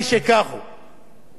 הייתי חייב להגיד את זה פה,